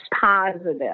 positive